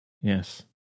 Yes